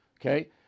Okay